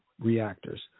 reactors